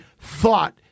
thought